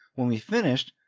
when we finished,